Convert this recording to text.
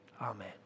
amen